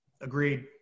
Agreed